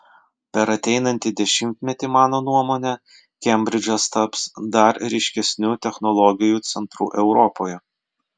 per ateinantį dešimtmetį mano nuomone kembridžas taps dar ryškesniu technologijų centru europoje